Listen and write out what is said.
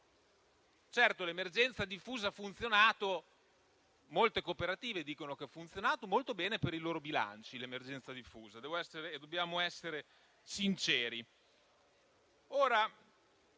Certo, l'emergenza diffusa ha funzionato e molte cooperative dicono che ha funzionato molto bene per i loro bilanci. Dobbiamo essere sinceri.